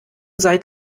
seit